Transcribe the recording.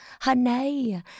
Honey